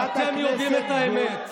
אתם יודעים את האמת.